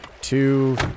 Two